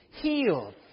healed